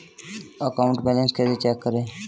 Account balance कैसे check करें?